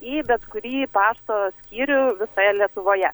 į bet kurį pašto skyrių visoje lietuvoje